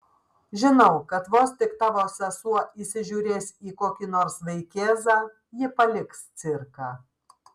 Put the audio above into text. žinau kad vos tik tavo sesuo įsižiūrės į kokį nors vaikėzą ji paliks cirką